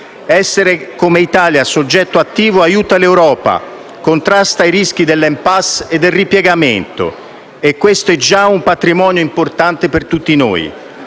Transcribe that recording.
Essere come Italia soggetto attivo aiuta l'Europa e contrasta i rischi dell'*empasse* e del ripiegamento - e questo è già un patrimonio importante per tutti noi